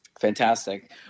Fantastic